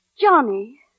Johnny